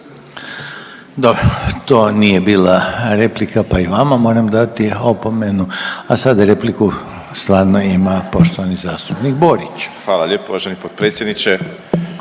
Dobro to nije bila replika pa i vama moram dati opomenu. A sada repliku stvarno ima poštovani zastupnik Borić. **Borić, Josip (HDZ)** Hvala lijepo uvaženi potpredsjedniče.